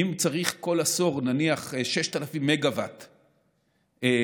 אם צריך כל עשור נניח 6,000 מגה-ואט נוספים,